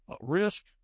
risk